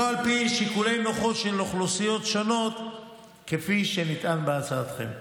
לא על פי שיקולי נוחות של אוכלוסיות שונות כפי שנטען בהצהרתכם.